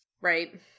Right